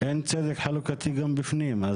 אין צדק חלוקתי גם בפנים.